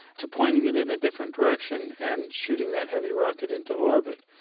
to pointing it in a different direction and shooting that heavy rocket into orbit.